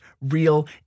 real